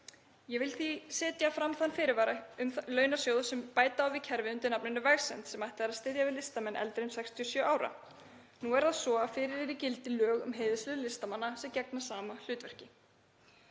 Ég vil því setja fram fyrirvara um launasjóð sem bæta á við kerfið undir nafninu Vegsemd og ætlað er að styðja við listamenn eldri en 67 ára. Nú er það svo að fyrir eru í gildi lög um heiðurslaun listamanna sem gegna sama hlutverki.